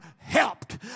Helped